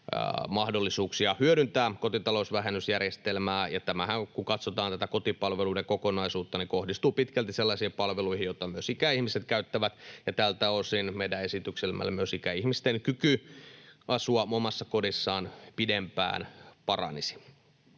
mahdollisuuksia hyödyntää kotitalousvähennysjärjestelmää. Tämähän kohdistuu, kun katsotaan tätä kotipalveluiden kokonaisuutta, pitkälti sellaisiin palveluihin, joita myös ikäihmiset käyttävät, ja tältä osin meidän esityksellämme myös ikäihmisten kyky asua omassa kodissaan pidempään paranisi.